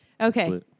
Okay